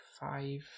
five